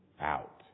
out